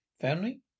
Family